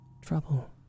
trouble